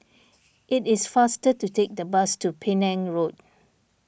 it is faster to take the bus to Penang Road